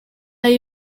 y’i